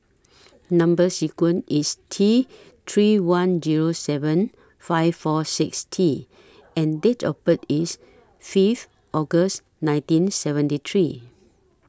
Number sequence IS T three one Zero seven five four six T and Date of birth IS Fifth August nineteen seventy three